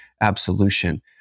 absolution